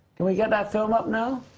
can we get that film up now?